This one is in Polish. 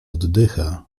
oddycha